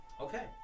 Okay